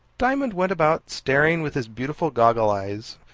diamond went about staring with his beautiful goggle-eyes,